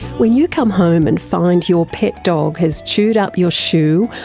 when you come home and find your pet dog has chewed up your shoe,